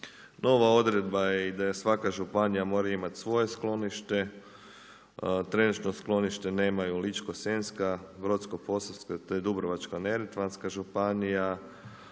Nova odredba je i da svaka županija mora imati svoje sklonište. Trenutno sklonište nemaju Ličko-senjska, Brodsko-posavska te Dubrovačko-neretvanska županija.